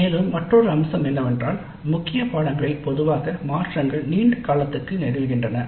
மேலும் மற்றொரு அம்சம் என்னவென்றால் முக்கிய பாடநெறிகளில் பொதுவாக மாற்றங்கள் நீண்ட காலத்திற்கு நிகழ்கின்றன